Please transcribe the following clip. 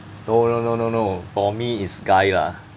no no no no no for me is guy lah